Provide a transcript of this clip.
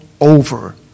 over